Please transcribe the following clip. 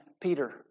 Peter